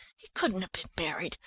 he couldn't have been married!